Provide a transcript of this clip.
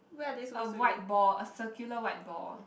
a white ball a circular white ball